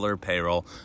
payroll